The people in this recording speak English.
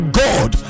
god